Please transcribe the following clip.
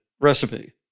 recipe